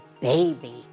baby